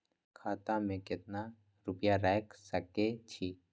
खाता में केतना रूपया रैख सके छी?